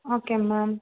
okay ma'am